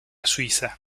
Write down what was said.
suiza